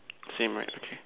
same right okay